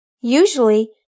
Usually